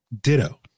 Ditto